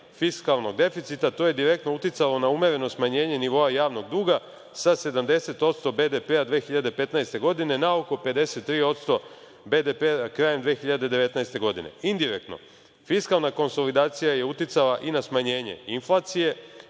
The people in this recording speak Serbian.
fiskalnog deficita, to je direktno uticalo na umereno smanjenje nivoa javnog duga sa 70% BDP-a 2015. godine na oko 53% BDP-a krajem 2019. godine. Indirektno, fiskalna konsolidacija je uticala i na smanjenje inflacije,